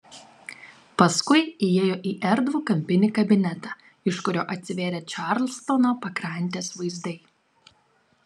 paskui įėjo į erdvų kampinį kabinetą iš kurio atsivėrė čarlstono pakrantės vaizdai